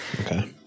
okay